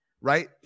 right